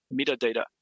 metadata